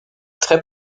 très